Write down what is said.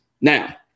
now